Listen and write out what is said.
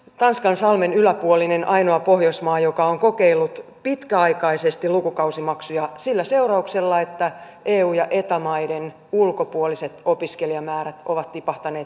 tanskan salmien yläpuolinen ainoa pohjoismaa joka on kokeillut pitkäaikaisesti lukukausimaksuja sillä seurauksella että eu ja eta maiden ulkopuoliset opiskelijamäärät ovat tipahtaneet